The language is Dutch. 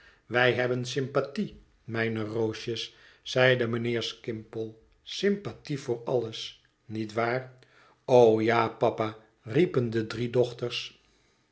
wij hebben sympathie mijne roosjes zeide mijnheer skimpole sympathie voor alles niet waar o ja papa riepen de drie